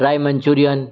dry manchurian